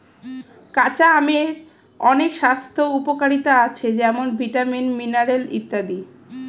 কাঁচা আমের অনেক স্বাস্থ্য উপকারিতা আছে যেমন ভিটামিন, মিনারেল ইত্যাদি